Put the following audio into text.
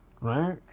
Right